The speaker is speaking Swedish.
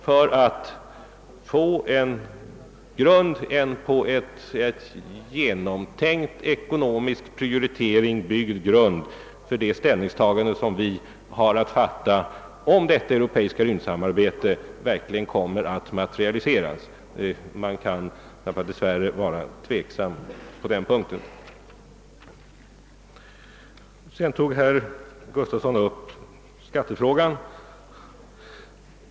Vi gör detta för att få en genomtänkt ekonomisk grund för det ställningstagande vi har att göra, om det europeiska rymdsamarbetet verkligen skall komma att materialiseras. Man kan tyvärr vara tveksam på den punkten. Sedan tog herr Gustafson upp skattefrågan.